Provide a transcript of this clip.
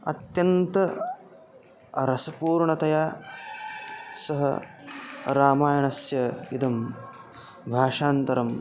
अत्यन्तं रसपूर्णतया सः रामायणस्य इदं भाषान्तरम्